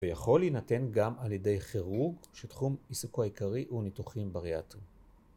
‫ויכול להינתן גם על ידי חירוג ‫של תחום עיסוקו העיקרי וניתוחים בריאטריים.